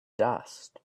dust